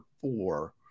four